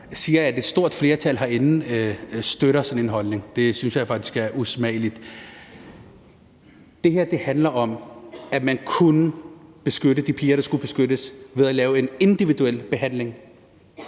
siger, at et stort flertal herinde støtter sådan en holdning. Det synes jeg faktisk er usmageligt. Det her handler om, at man kunne beskytte de piger, der skulle beskyttes, ved at lave en individuel behandling,